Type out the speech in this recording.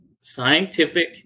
scientific